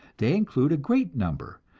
they include a great number,